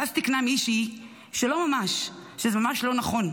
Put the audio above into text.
ואז מישהי תיקנה שזה ממש לא נכון,